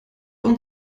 und